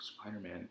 spider-man